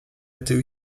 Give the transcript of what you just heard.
эти